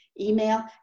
email